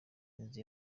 inzu